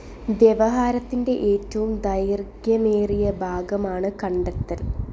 വ്യവഹാരത്തിന്റെ ഏറ്റവും ദൈർഘ്യമേറിയ ഭാഗമാണ് കണ്ടെത്തൽ